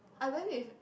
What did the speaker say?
I went with